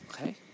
Okay